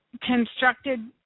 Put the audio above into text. constructed